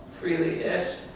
freely-ish